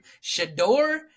Shador